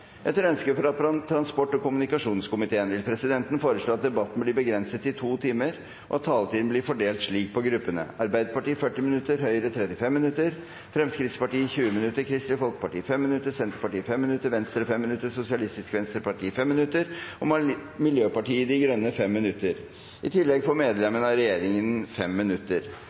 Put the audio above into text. Etter ønske fra transport- og kommunikasjonskomiteen vil presidenten foreslå at debatten blir begrenset til 2 timer, og at taletiden blir fordelt slik på gruppene: Arbeiderpartiet 40 minutter, Høyre 35 minutter, Fremskrittspartiet 20 minutter, Kristelig Folkeparti 5 minutter, Senterpartiet 5 minutter, Venstre 5 minutter, Sosialistisk Venstreparti 5 minutter og Miljøpartiet De Grønne 5 minutter. I tillegg får medlem av regjeringen 5 minutter.